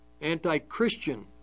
anti-Christian